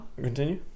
continue